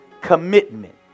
Commitment